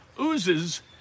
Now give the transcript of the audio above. oozes